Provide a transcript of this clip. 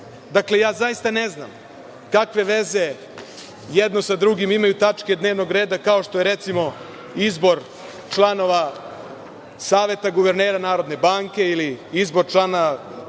Dakle, ja zaista ne znam kakve veze jedno sa drugim imaju tačke dnevnog reda, kao što je recimo izbor članova Saveta guvernera Narodne banke ili izbor člana